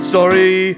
Sorry